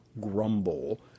grumble